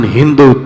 Hindu